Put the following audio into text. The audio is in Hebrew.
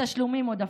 תשלומים עודפים.